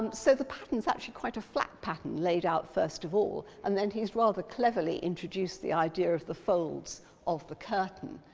so the pattern is actually quite a flat pattern laid out first of all, and then he's rather cleverly introduced the idea of the folds of the curtain,